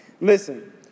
Listen